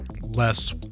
Less